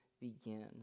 begin